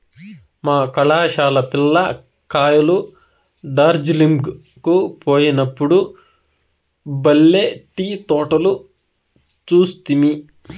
మా కళాశాల పిల్ల కాయలు డార్జిలింగ్ కు పోయినప్పుడు బల్లే టీ తోటలు చూస్తిమి